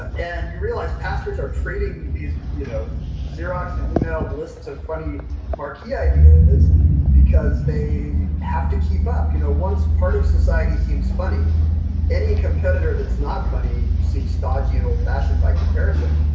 ah and you realize pastors are trading these you know xeroxed and emailed list of funny marquee ideas because they have to keep up. you know once part of society seems funny any competitor that's not funny seems stogie and old fashioned by comparison.